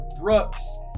brooks